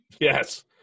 Yes